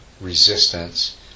resistance